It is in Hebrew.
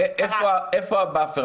איפה הבאפר?